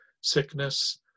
sickness